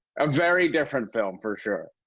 a very different film for sure.